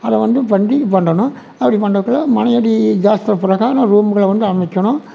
அத வந்து பண்டி பண்ணனும் அப்படி பண்றப்ப மனையடி சாஸ்த்ரம் பிரகாரம் ரூமில் வந்து அமைக்கணும்